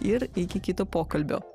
ir iki kito pokalbio